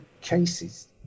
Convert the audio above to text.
cases